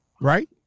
right